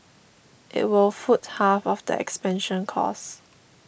it will foot half of the expansion costs